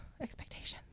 expectations